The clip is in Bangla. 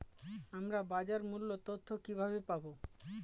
আমরা বাজার মূল্য তথ্য কিবাবে পাবো?